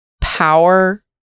power